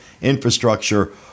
infrastructure